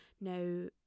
Now